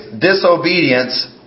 disobedience